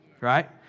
Right